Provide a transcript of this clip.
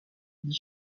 dit